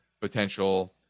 potential